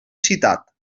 citat